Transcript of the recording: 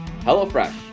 HelloFresh